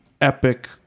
epic